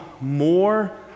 more